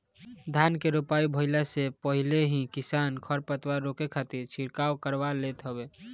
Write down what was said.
धान के रोपाई भइला से पहिले ही किसान खरपतवार रोके खातिर छिड़काव करवा लेत हवे